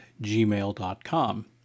gmail.com